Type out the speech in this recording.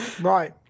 Right